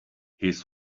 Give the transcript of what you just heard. his